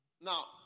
Now